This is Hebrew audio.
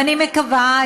ואני מקווה,